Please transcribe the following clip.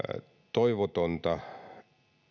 toivotonta